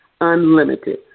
unlimited